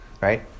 Right